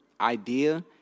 idea